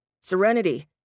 Serenity